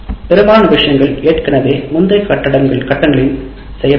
பெரும்பாலான விஷயங்கள் ஏற்கனவே முந்தைய கட்டங்களில் செய்யப்பட்டன